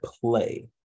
play